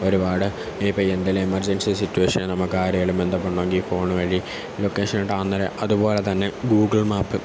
ഒരുപാട് ഇനിയിപ്പം എന്തെങ്കിലും എമെർജൻസി സിറ്റുവേഷൻ നമുക്കാരെങ്കിലും ബന്ധപ്പെടണമെങ്കിൽ ഫോൺ വഴി ലൊക്കേഷൻ ഇടാവുന്ന അതുപോലെ തന്നെ ഗൂഗിൾ മാപ്